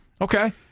Okay